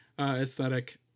aesthetic